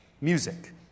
music